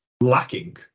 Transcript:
lacking